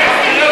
ברכה.